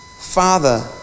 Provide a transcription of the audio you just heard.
Father